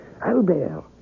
Albert